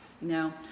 No